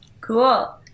cool